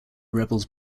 rebels